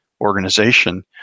organization